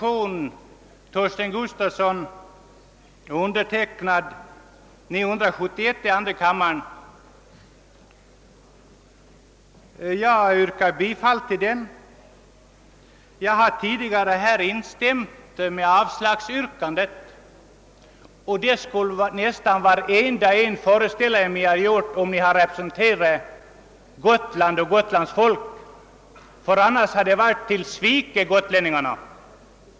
Jag har varit med om att väcka motionen II:971 med herr Gustafsson i Stenkyrka som första namn, och jag yrkar bifall till denna motion. Tidigare under debatten har jag instämt i herr Dockereds yrkande om avslag i fråga om förslagets huvudprinciper. Jag föreställer mig att var och en som representerar Gotlands folk skulle göra på samma sätt; eljest sviker man gotlänningarna.